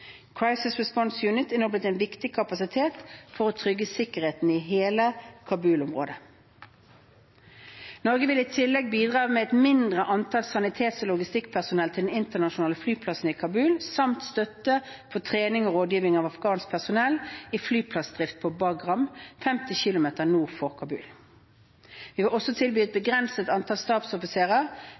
Crisis Response Unit er nå blitt en viktig kapasitet for å trygge sikkerheten i hele Kabul-området. Norge vil i tillegg bidra med et mindre antall sanitets- og logistikkpersonell til den internasjonale flyplassen i Kabul samt støtte for trening og rådgivning av afghansk personell i flyplassdrift på Bagram, 50 km nord for Kabul. Vi vil også tilby et begrenset antall